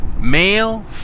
male